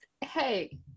Hey